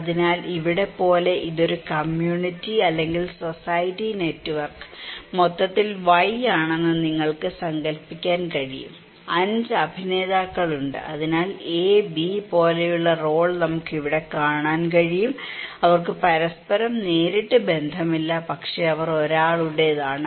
അതിനാൽ ഇവിടെ പോലെ ഇതൊരു കമ്മ്യൂണിറ്റി അല്ലെങ്കിൽ സൊസൈറ്റി നെറ്റ്വർക്ക് മൊത്തത്തിൽ Y ആണെന്ന് നിങ്ങൾക്ക് സങ്കൽപ്പിക്കാൻ കഴിയും അഞ്ച് അഭിനേതാക്കൾ ഉണ്ട് അതിനാൽ A B പോലെയുള്ള റോൾ നമുക്ക് ഇവിടെ കാണാൻ കഴിയും അവർക്ക് പരസ്പരം നേരിട്ട് ബന്ധമില്ല പക്ഷേ അവർ ഒരാളുടേതാണ്